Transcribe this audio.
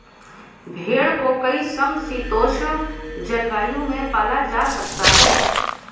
भेड़ को कई समशीतोष्ण जलवायु में पाला जा सकता है